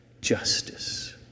justice